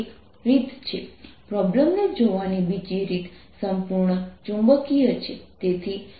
rr P પ્રોબ્લેમને જોવાની બીજી રીત સંપૂર્ણ ચુંબકીય છે